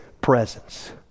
presence